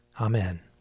Amen